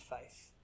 faith